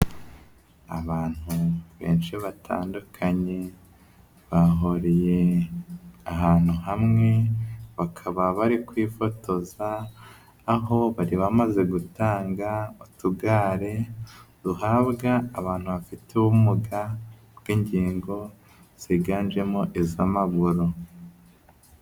Abantu benshi batandukanye bahuriye ahantu hamwe bakaba bari kwifotoza, aho bari bamaze gutanga utugare duhabwa abantu bafite ubumuga bw'ingingo ziganjemo iz'amaguru.